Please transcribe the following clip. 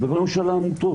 אלה דברים של עמותות.